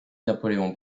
napoléon